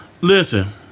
Listen